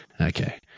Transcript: Okay